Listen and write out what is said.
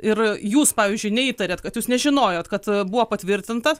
ir jūs pavyzdžiui neįtariat kad jūs nežinojot kad buvo patvirtinta